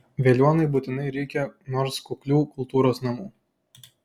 veliuonai būtinai reikia nors kuklių kultūros namų